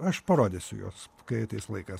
aš parodysiu juos kai ateis laikas